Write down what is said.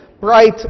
bright